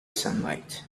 sunlight